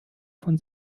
von